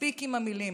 מספיק עם המילים,